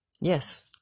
Yes